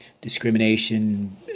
discrimination